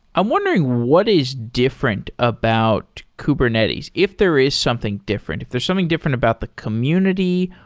i'm wondering what is different about kubernetes, if there is something different, if there's something different about the community,